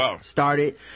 started